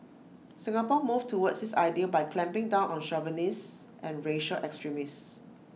Singapore moved towards this ideal by clamping down on chauvinists and racial extremists